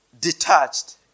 detached